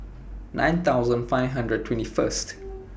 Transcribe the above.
nine thousand five hundred twenty First